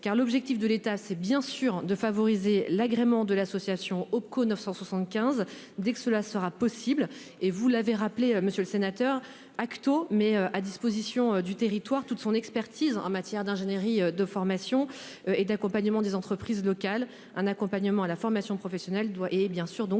pour objectif de favoriser l'agrément de l'association Opco 975 dès que cela sera possible. Vous l'avez rappelé, monsieur le sénateur, Akto met à disposition du territoire toute son expertise en matière d'ingénierie de formation et d'accompagnement des entreprises locales. Un accompagnement à la formation professionnelle est donc bien sûr assuré